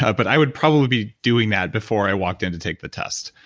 ah but i would probably be doing that before i walked in to take the test,